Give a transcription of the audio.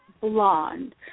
blonde